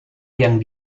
yang